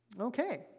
Okay